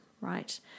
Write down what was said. right